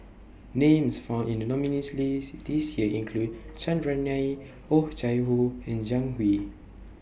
Names found in The nominees' list This Year include Chandran Nair Oh Chai Hoo and Zhang Hui